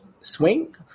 swing